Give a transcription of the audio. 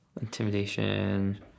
Intimidation